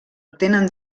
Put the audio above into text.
tenen